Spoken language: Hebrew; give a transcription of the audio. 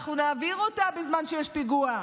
אנחנו נעביר אותה בזמן שיש פיגוע,